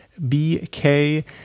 BK